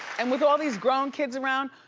and with all these grown kids around,